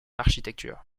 architecture